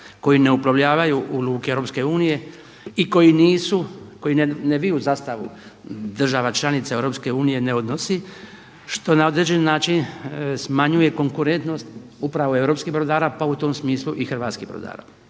koji ne uplovljavaju u luke Europske unije i koji nisu, koji ne viju zastavu država članica Europske unije ne odnosi što na određeni način smanjuje konkurentnost upravo europskih brodara pa u tom smislu i hrvatskih brodara.